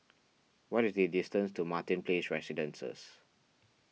what is the distance to Martin Place Residences